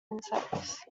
insects